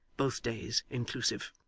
both days inclusive.